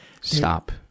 Stop